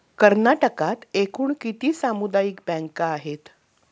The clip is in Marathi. कर्नाटकात एकूण किती सामुदायिक बँका आहेत?